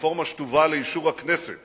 הרפורמה שתובא לאישור הכנסת